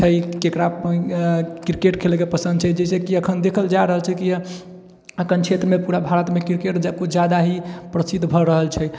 छै केकरा क्रिकेट खेलएके पसन्द छै जेनाकि अखन देखल जा रहल छै कि अपन क्षेत्रमे पूरा भारतमे क्रिकेट किछु जादा ही प्रसिद्ध भए रहल छै